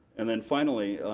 and then, finally,